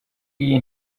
iyi